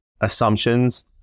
assumptions